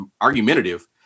argumentative